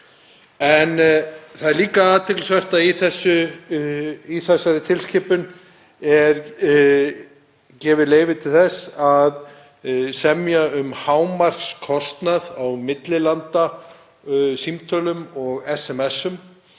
En það er líka athyglisvert að í þessari tilskipun er gefið leyfi til þess að semja um hámarkskostnað á millilandasímtölum og SMS-um.